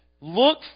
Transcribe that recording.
Look